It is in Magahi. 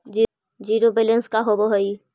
जिरो बैलेंस का होव हइ?